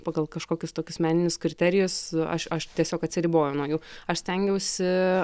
pagal kažkokius tokius meninius kriterijus aš aš tiesiog atsiriboju nuo jų aš stengiausi